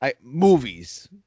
Movies